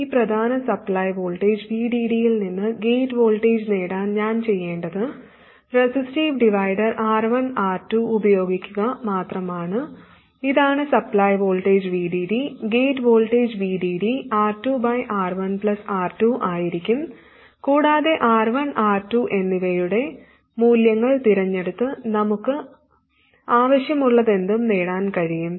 ഈ പ്രധാന supply voltage VDD യിൽ നിന്ന് ഗേറ്റ് വോൾട്ടേജ് നേടാൻ ഞാൻ ചെയ്യേണ്ടത് റെസിസ്റ്റീവ് ഡിവൈഡർ R1R2 ഉപയോഗിക്കുക മാത്രമാണ് ഇതാണ് supply voltage VDD gate voltage VDD R2R1 R2 ആയിരിക്കും കൂടാതെ R1R2 എന്നിവയുടെ മൂല്യങ്ങൾ തിരഞ്ഞെടുത്ത് നമുക്ക് ആവശ്യമുള്ളതെന്തും നേടാൻ കഴിയും